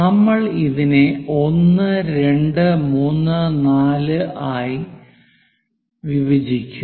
നമ്മൾ ഇതിനെ 1 2 3 4 ആയി വിഭജിക്കും